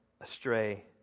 astray